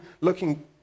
looking